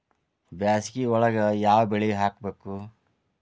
ಬ್ಯಾಸಗಿ ಒಳಗ ಯಾವ ಬೆಳಿ ಹಾಕಬೇಕು?